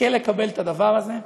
יזכה לקבל את הדבר הזה.